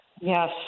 Yes